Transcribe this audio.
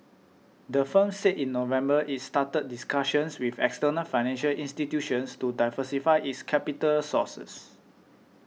the firm said in November it's started discussions with external financial institutions to diversify its capital sources